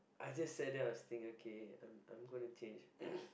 I just sat there and I was thinking okay I'm I'm gonna change